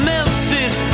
Memphis